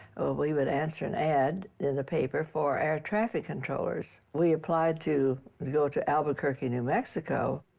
we would answer an ad in the paper for air traffic controllers. we applied to go to albuquerque, new mexico.